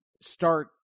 start